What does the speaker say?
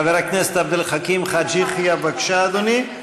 חבר הכנסת עבד אל חכים חאג' יחיא, בבקשה, אדוני.